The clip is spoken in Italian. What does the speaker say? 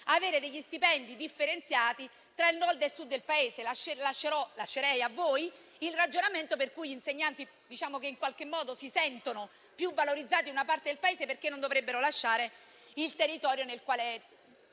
avere stipendi differenziati tra Nord e Sud del Paese. Lascerei a voi il ragionamento per cui gli insegnanti, che in qualche modo si sentono più valorizzati in una parte del Paese, potrebbero decidere di lasciare il territorio nel quale